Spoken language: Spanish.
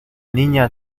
niña